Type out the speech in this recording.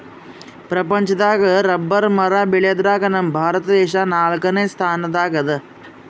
ಪ್ರಪಂಚದಾಗ್ ರಬ್ಬರ್ ಮರ ಬೆಳ್ಯಾದ್ರಗ್ ನಮ್ ಭಾರತ ದೇಶ್ ನಾಲ್ಕನೇ ಸ್ಥಾನ್ ದಾಗ್ ಅದಾ